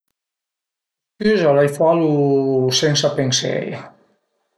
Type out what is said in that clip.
Scuza l'ai falu sensa penseie